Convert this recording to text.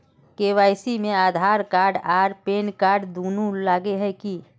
KYC में Aadhaar card आर PAN card दुनू लगे है की?